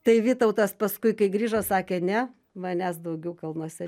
tai vytautas paskui kai grįžo sakė ne manęs daugiau kalnuose